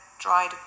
dried